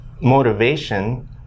motivation